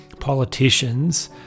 Politicians